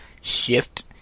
Shift